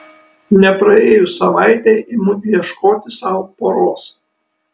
nepraėjus savaitei imu ieškoti sau poros